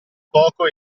poco